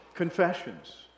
Confessions